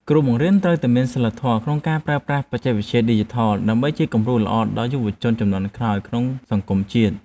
គ្រូបង្រៀនត្រូវតែមានសីលធម៌ក្នុងការប្រើប្រាស់បច្ចេកវិទ្យាឌីជីថលដើម្បីជាគំរូដ៏ល្អដល់យុវជនជំនាន់ក្រោយក្នុងសង្គមជាតិ។